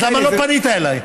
אז למה לא פנית אליי?